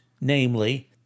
namely